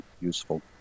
useful